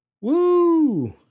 Woo